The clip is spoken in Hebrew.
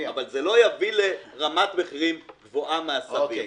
אבל זה לא יביא לרמת מחירים גבוהה מהסביר.